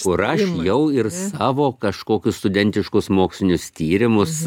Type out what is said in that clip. kur aš jau ir savo kažkokius studentiškus mokslinius tyrimus